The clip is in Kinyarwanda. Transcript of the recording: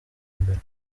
imbere